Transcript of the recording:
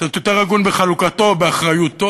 קצת יותר הגון בחלוקתו, באחריותו.